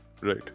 Right